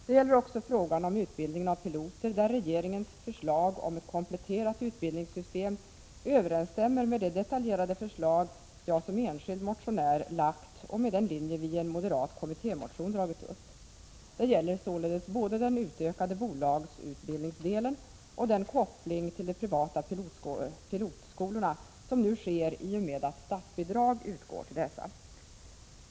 Det gäller också frågan om utbildningen av piloter, där regeringens förslag om ett kompletterat utbildningssystem överensstämmer med det detaljerade förslag jag som enskild motionär lagt fram och med den linje vi i en moderat kommittémotion dragit upp. Det gäller således både den utökade bolagsutbildningsdelen och den koppling till de privata pilotskolorna som nu sker i och med att statsbidrag utgår till dessa.